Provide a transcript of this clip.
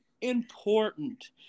important